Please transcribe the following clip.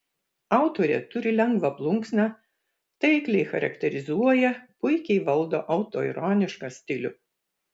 autorė turi lengvą plunksną taikliai charakterizuoja puikiai valdo autoironišką stilių